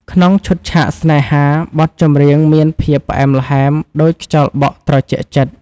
ក្នុងឈុតឆាកស្នេហា បទចម្រៀងមានសភាពផ្អែមល្ហែមដូចខ្យល់បក់ត្រជាក់ចិត្ត។